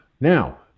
Now